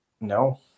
No